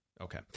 Okay